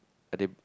are they